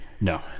No